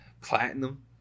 platinum